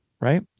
Right